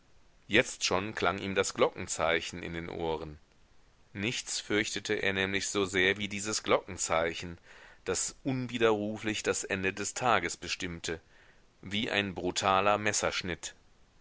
jetzt schon klang ihm das glockenzeichen in den ohren nichts fürchtete er nämlich so sehr wie dieses glockenzeichen das unwiderruflich das ende des tages bestimmte wie ein brutaler